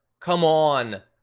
come on,